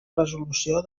resolució